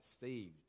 saved